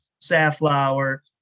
safflower